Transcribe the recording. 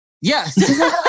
Yes